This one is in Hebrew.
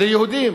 ליהודים